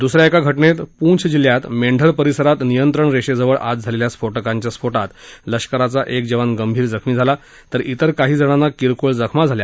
दुसऱ्या एका घडित पूंछ जिल्ह्यात मेंढर परिसरात नियंत्रण रेषेजवळ आज झालेल्या स्फो कांच्या स्फो ति लष्कराचा एक जवान गंभीर जखमी झाला तर इतर काही जणांना किरकोळ जखमा झाल्या